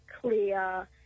clear